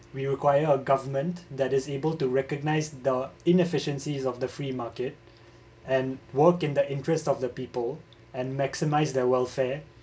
we require a government that is able to recognise the inefficiency of the free market and work in the interest of the people and maximise their welfare